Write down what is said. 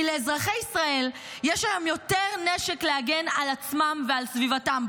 כי לאזרחי ישראל יש היום יותר נשק להגן על עצמם ועל סביבתם,